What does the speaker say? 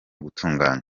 gutunganywa